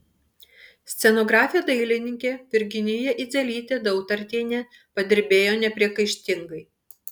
scenografė dailininkė virginija idzelytė dautartienė padirbėjo nepriekaištingai